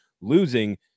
losing